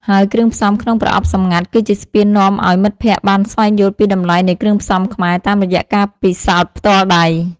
ហើយគ្រឿងផ្សំក្នុងប្រអប់សម្ងាត់គឺជាស្ពាននាំឱ្យមិត្តភក្តិបានស្វែងយល់ពីតម្លៃនៃគ្រឿងផ្សំខ្មែរតាមរយៈការពិសោធន៍ផ្ទាល់ដៃ។